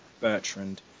Bertrand